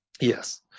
yes